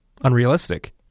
unrealistic